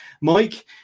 Mike